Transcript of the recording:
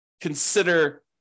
consider